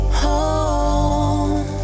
home